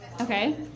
Okay